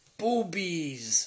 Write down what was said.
Boobies